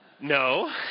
No